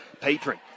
Patron